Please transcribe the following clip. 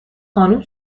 خانم